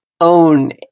own